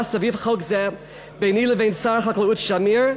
סביב חוק זה ביני לבין שר החקלאות שמיר,